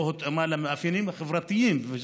היא לא הותאמה למאפיינים החברתיים של החברה הערבית,